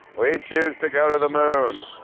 we choose to go to the moon.